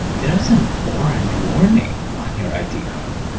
there's an orange warning on your id card,